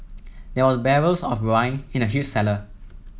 there were barrels of wine in the huge cellar